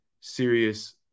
serious